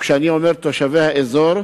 וכשאני אומר תושבי האזור,